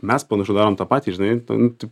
mes panašu darom tą patį žinai ten taip